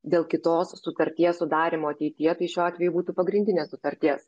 dėl kitos sutarties sudarymo ateityje tai šiuo atveju būtų pagrindinės sutarties